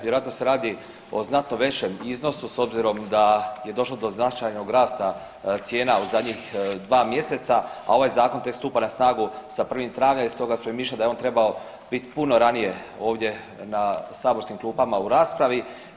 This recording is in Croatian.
Vjerojatno se radi o znatno većem iznosu s obzirom da je došlo do značajnog rasta cijena u zadnjih 2 mjeseca, a ovaj zakon tek stupa na snagu s 1. travnja i stoga smo mišljenja da je on trebao bi puno ranije ovdje na saborskim klupama u raspravi.